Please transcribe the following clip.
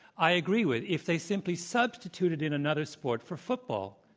i agree with if they simply substituted in another sport for football,